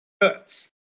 cuts